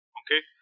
okay